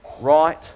right